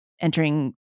entering